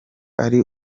ari